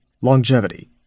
Longevity